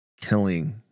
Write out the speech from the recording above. killing